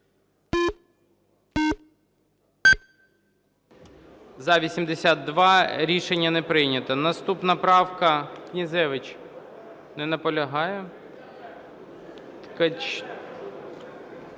За-82 Рішення не прийнято. Наступна правка, Князевич. Не наполягає.